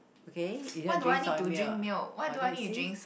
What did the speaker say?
okay you don't drink soya milk oh but then you'll see